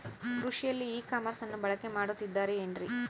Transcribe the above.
ಕೃಷಿಯಲ್ಲಿ ಇ ಕಾಮರ್ಸನ್ನ ಬಳಕೆ ಮಾಡುತ್ತಿದ್ದಾರೆ ಏನ್ರಿ?